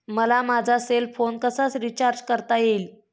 मला माझा cell phone कसा रिचार्ज करता येईल?